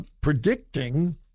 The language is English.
predicting